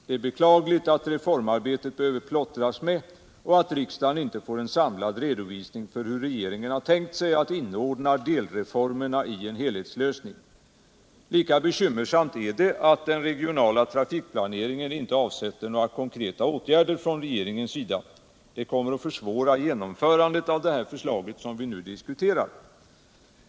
Det är beklagligt att reformarbetet behöver plottras med och att man inte får en samlad redovisning för hur regeringen har tänkt sig att inordna delreformerna i en helhetslösning. Lika bekymmersamt är det att den regionala trafikplaneringen inte avsätter några konkreta åtgärder från regeringens sida. Det kommer att försvåra genomförandet av det förslag vi nu diskuterar.